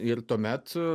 ir tuomet